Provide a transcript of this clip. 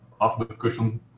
off-the-cushion